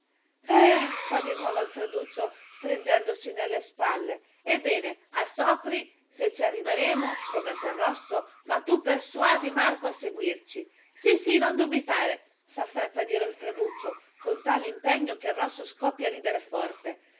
eh fa di nuovo alfreduccio stringendosi nelle spalle ebbene a sopri se ci arriveremo promette il rosso ma tu persuadi marco a seguirci sì sì non dubitare s'affretta a dire alfreduccio con tale impegno che il rosso scoppia a ridere forte